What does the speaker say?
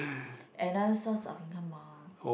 another source of income ah